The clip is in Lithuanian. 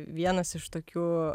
vienas iš tokių